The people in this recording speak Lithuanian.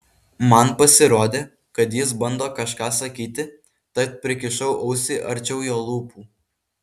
man pasirodė kad jis bando kažką sakyti tad prikišau ausį arčiau jo lūpų